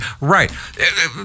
Right